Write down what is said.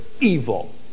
evil